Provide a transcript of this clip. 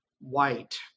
white